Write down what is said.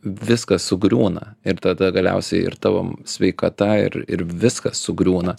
viskas sugriūna ir tada galiausiai ir tavo sveikata ir ir viskas sugriūna